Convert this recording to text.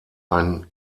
ein